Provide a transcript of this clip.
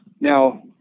Now